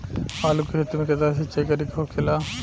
आलू के खेती में केतना सिंचाई करे के होखेला?